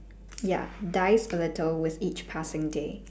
ya dies a little with each passing day